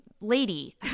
lady